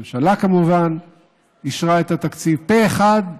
הממשלה כמובן אישרה את התקציב פה אחד,